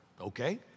okay